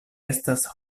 estas